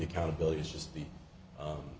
accountability is just the